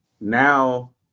now